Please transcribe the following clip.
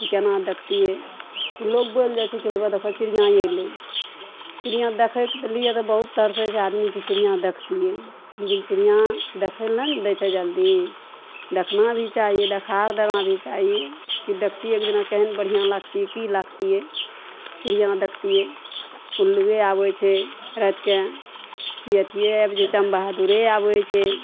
कि केना देखतियै की लोग बोलि जाइ छै की हेबऽ देखऽ की चिड़िऑं अयलै चिड़िऑं देखै लए तऽ बहुत तरसै छै आदमी कि चिड़िऑं देखतियै लेकिन चिड़िऑं देखै लए नहि ने दै छै जल्दी देखबाक भी चाही देखार देबाक भी चाही कि देखतियै एक दिन केहन बढ़िऑं लागतियै की लागतियै चिड़िऑं देखतियै उल्लुए आबै छै रातिके की अथिये आबि जे चमगादुुरे आबै छै